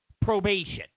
probation